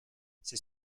c’est